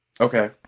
Okay